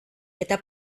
eta